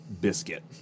biscuit